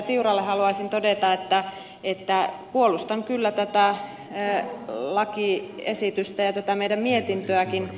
tiuralle haluaisin todeta että puolustan kyllä tätä lakiesitystä ja tätä meidän mietintöämmekin